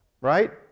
right